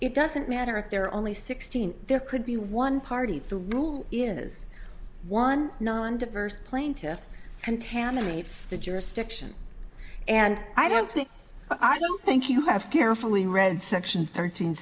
it doesn't matter if they're only sixteen there could be one party the rule is one non diverse plaintiffs contaminates the jurisdiction and i don't think i don't think you have carefully read section thirteen